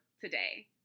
today